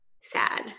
sad